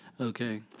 Okay